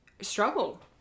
struggle